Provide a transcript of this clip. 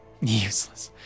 useless